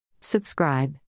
Subscribe